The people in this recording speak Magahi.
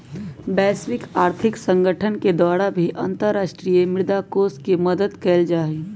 वैश्विक आर्थिक संगठन के द्वारा भी अन्तर्राष्ट्रीय मुद्रा कोष के मदद कइल जाहई